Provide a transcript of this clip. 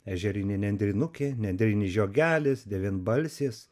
ežerinė nendrinukė nendrinis žiogelis devynbalsės